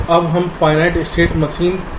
अब हम finite state machine करने के लिए आते हैं